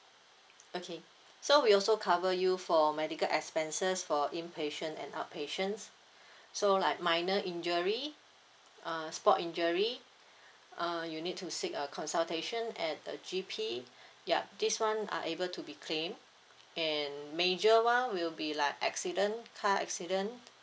okay so we also cover you for medical expenses for impatient and outpatient so like minor injury err sport injury uh you need to seek a consultation at a G_P ya this [one] are able to be claimed and major one will be like accident car accident